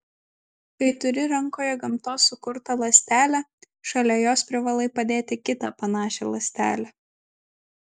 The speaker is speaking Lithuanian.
kai turi rankoje gamtos sukurtą ląstelę šalia jos privalai padėti kitą panašią ląstelę